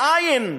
איִן.